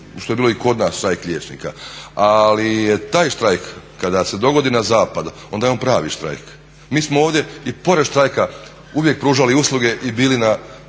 što je bilo i kod nas štrajk liječnika, ali je taj štrajk kada se dogodi na zapadu onda je on pravi štrajk. Mi smo ovdje i pored štrajka uvijek pružali usluge i bili na